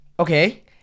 okay